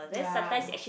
yeah